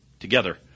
Together